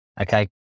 Okay